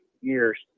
years